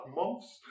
months